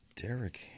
Derek